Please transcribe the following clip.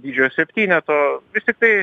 didžiojo septyneto vis tiktai